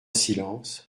silence